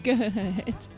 Good